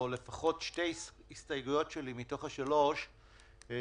או לפחות שתי הסתייגויות שלי מתוך השלוש שהגשתי,